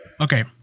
Okay